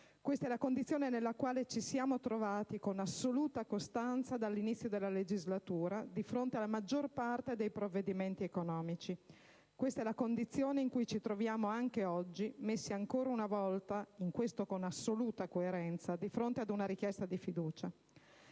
Questa è la condizione nella quale ci siamo trovati con assoluta costanza dall'inizio della legislatura di fronte alla maggior parte dei provvedimenti economici; questa è la condizione in cui ci troviamo anche oggi, messi ancora una volta - in questo, con assoluta coerenza - di fronte ad una richiesta di fiducia.